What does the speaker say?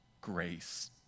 grace